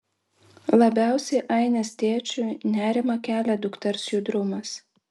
labiausiai ainės tėčiui nerimą kelia dukters judrumas